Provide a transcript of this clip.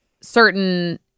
certain